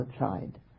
outside